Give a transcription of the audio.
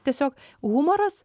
tiesiog humoras